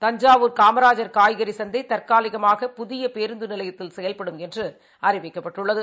குந்சாவூர் காமராஜர் காய்கறிசந்தைதற்காலிகமாக புதியபேருந்துநிலையத்தில் செயல்படும் என்றுஅறிவிக்கப்பட்டுள்ளது